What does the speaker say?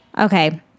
Okay